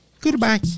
Goodbye